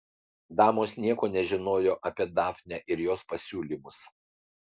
damos nieko nežinojo apie dafnę ir jos pasiūlymus